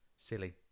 silly